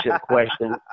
question